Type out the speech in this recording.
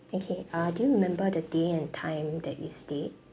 okay uh do you remember the day and time that you stay